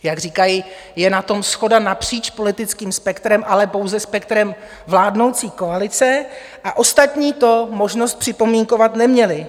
Jak říkají, je na tom shoda napříč politickým spektrem, ale pouze spektrem vládnoucí koalice, a ostatní to možnost připomínkovat neměli.